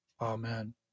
Amen